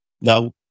Now